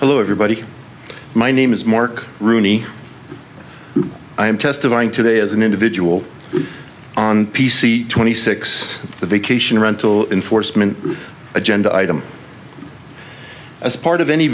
hello everybody my name is mark rooney i am testifying today as an individual on p c twenty six the vacation rental in foresman agenda item as part of any